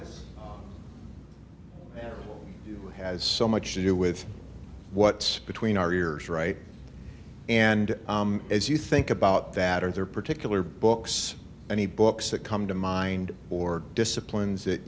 please has so much to do with what's between our ears right and as you think about that are there particular books any books that come to mind or disciplines that